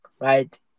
right